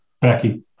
Becky